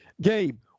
Gabe